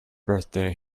birthday